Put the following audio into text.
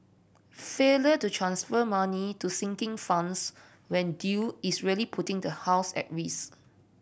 failure to transfer money to sinking funds when due is really putting the house at risk